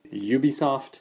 Ubisoft